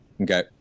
okay